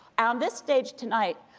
on this stage tonight,